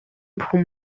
бүхэн